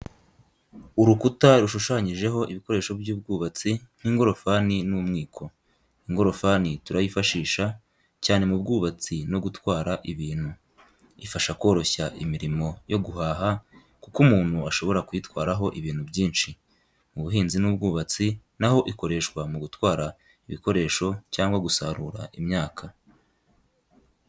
Urukuta rushushanyijeho ibikoresho by'ubwubatsi nk'ingorofani n'umwiko. Ingorofani turayifashisha, cyane mu bwubatsi no gutwara ibintu. Ifasha koroshya imirimo yo guhaha kuko umuntu ashobora kuyitwaraho ibintu byinshi. Mu buhinzi n’ubwubatsi naho ikoreshwa mu gutwara ibikoresho cyangwa gusarura imyaka.